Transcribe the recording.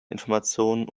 informationen